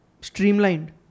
Streamlined